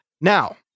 Now